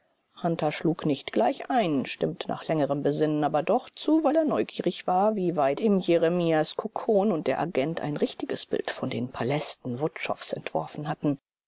hunter schlug nicht gleich ein stimmte nach längerem besinnen aber doch zu weil er neugierig war wie weit ihm jeremias kluckhohn und der agent ein richtiges bild von den palästen wutschows entworfen hatten